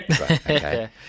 Okay